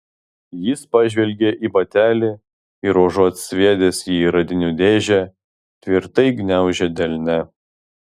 jis pažvelgė į batelį ir užuot sviedęs jį į radinių dėžę tvirtai gniaužė delne